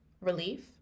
relief